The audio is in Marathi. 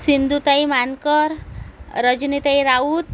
सिंधुताई मानकर रजनीताई राऊत